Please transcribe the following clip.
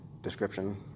description